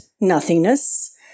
nothingness